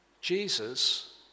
Jesus